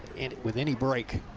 and with any break,